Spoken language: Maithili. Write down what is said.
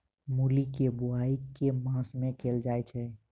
मूली केँ बोआई केँ मास मे कैल जाएँ छैय?